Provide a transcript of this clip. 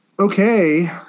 Okay